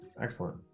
excellent